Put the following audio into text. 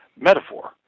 metaphor